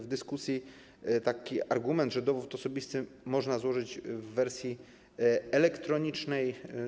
W dyskusji padł taki argument, że dowód osobisty można złożyć w wersji elektronicznej.